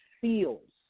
feels